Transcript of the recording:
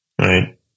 right